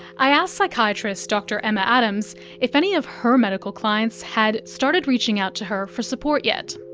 i asked psychiatrist dr emma adams if any of her medical clients had started reaching out to her for support yet.